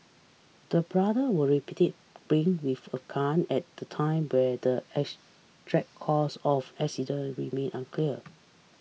the brother were reportedly playing with a gun at the time but the cause of accident remain unclear